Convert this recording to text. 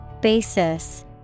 Basis